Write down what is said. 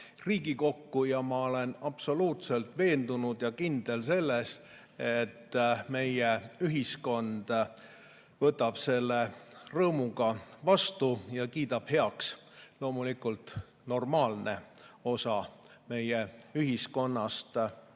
Riigikokku. Ma olen absoluutselt veendunud ja kindel selles, et meie ühiskond võtab selle rõõmuga vastu ja kiidab heaks, loomulikult normaalne osa meie ühiskonnast. Sellest